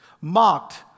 Mocked